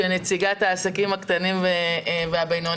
התקן של נציגת העסקים הקטנים והבינוניים,